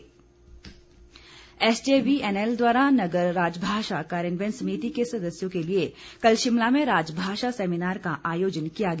seminar SJVNL द्वारा नगर राजभाषा कार्यान्वयन समिति के सदस्यों के लिए कल शिमला में राजभाषा सेमिनार का आयोजन किया गया